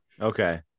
Okay